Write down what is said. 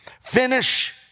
Finish